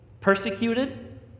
persecuted